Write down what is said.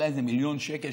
אולי איזה מיליון שקל,